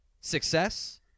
success